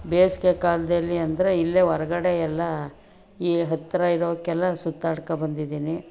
ಬೇಸಿಗೆ ಕಾಲದಲ್ಲಿ ಅಂದರೆ ಇಲ್ಲೇ ಹೊರಗಡೆ ಎಲ್ಲ ಈ ಹತ್ತಿರ ಇರೋವ್ಕೆಲ್ಲ ಸುತ್ತಾಡ್ಕೊ ಬಂದಿದ್ದೀನಿ